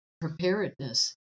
preparedness